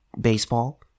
baseball